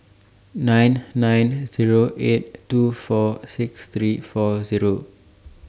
nine nine Zero eight two four six three four Zero